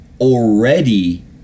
already